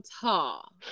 tall